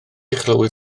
chlywir